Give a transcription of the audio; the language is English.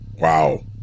Wow